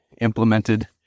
implemented